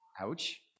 ouch